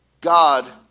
God